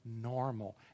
normal